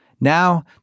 Now